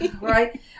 Right